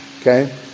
okay